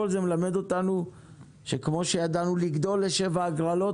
זה מלמד אותנו שכמו שידענו לגדול לשבע הגרלות,